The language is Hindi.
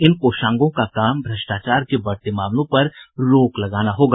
इन कोषांगों का काम भ्रष्टाचार के बढ़ते मामलों पर रोक लगाना होगा